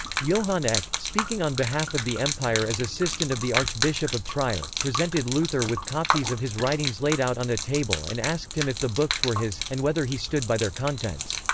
johann eck, speaking on behalf of the empire as assistant of the archbishop of trier, presented luther with copies of his writings laid out on a table and asked him if the books were his, and whether he stood by their contents.